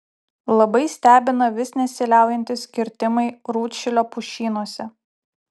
labai stebina vis nesiliaujantys kirtimai rūdšilio pušynuose